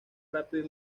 rápido